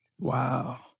Wow